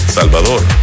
Salvador